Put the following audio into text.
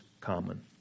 common